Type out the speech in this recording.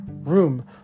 room